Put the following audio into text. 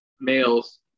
males